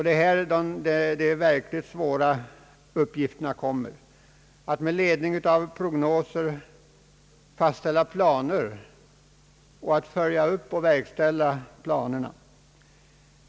Det är här de verkligt svåra uppgifterna möter: att med ledning av prognoser fastställa planer och att följa upp och verkställa planerna.